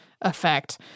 effect